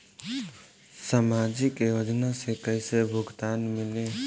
सामाजिक योजना से कइसे भुगतान मिली?